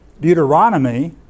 Deuteronomy